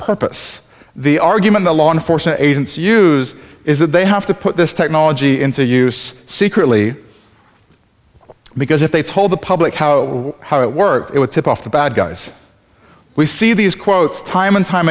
purpose the argument the law enforcement agents use is that they have to put this technology into use secretly because if they told the public how how it worked it would tip off the bad guys we see these quotes time and time